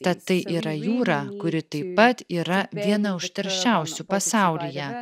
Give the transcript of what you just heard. tad tai yra jūra kuri taip pat yra viena užterščiausių pasaulyje